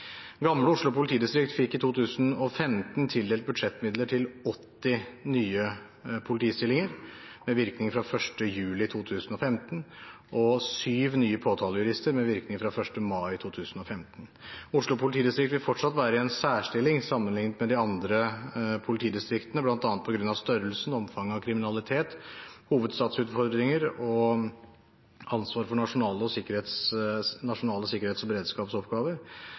Oslo politidistrikt fikk i 2015 tildelt budsjettmidler til 80 nye politistillinger med virkning fra 1. juli 2015 og sju nye påtalejurister med virkning fra 1. mai 2015. Oslo politidistrikt vil fortsatt være i en særstilling sammenlignet med de andre politidistriktene, bl.a. på grunn av størrelsen, omfanget av kriminalitet, hovedstadsutfordringer og ansvaret for nasjonale sikkerhets- og